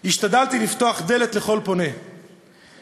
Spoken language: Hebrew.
השתדלתי לפתוח דלת לכל פונה בתחום